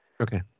Okay